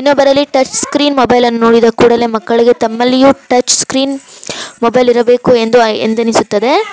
ಇನ್ನೊಬ್ಬರಲ್ಲಿ touch screen ಮೊಬೈಲನ್ನು ನೋಡಿದ ಕೂಡಲೇ ಮಕ್ಕಳಿಗೆ ತಮ್ಮಲ್ಲಿಯೂ ಟಚ್ ಸ್ಕ್ರೀನ್ ಮೊಬೈಲಿರಬೇಕು ಎಂದು ಎಂದೆನಿಸುತ್ತದೆ